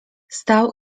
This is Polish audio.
stał